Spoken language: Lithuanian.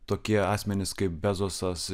tokie asmenys kaip bezosas